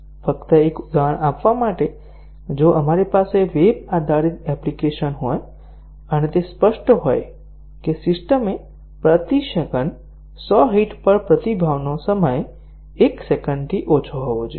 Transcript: ફક્ત એક ઉદાહરણ આપવા માટે જો આપણી પાસે વેબ આધારિત એપ્લિકેશન હોય અને તે સ્પષ્ટ થયેલ હોય કે સિસ્ટમે પ્રતિ સેકન્ડ 100 હિટ પર પ્રતિભાવનો સમય 1 સેકંડથી ઓછો હોવો જોઈએ